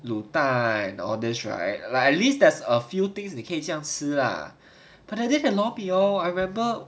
卤蛋很 obvious right like at least there's a few things 你可以这样吃 lah but then the lor mee hor I remember